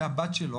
שהבת שלו